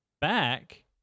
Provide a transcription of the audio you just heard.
back